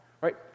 right